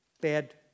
bad